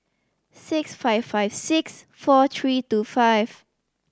six five five six four three two five